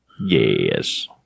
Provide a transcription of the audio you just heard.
Yes